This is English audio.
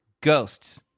Ghosts